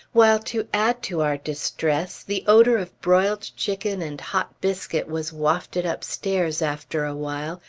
while to add to our distress the odor of broiled chicken and hot biscuit was wafted upstairs, after a while,